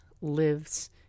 lives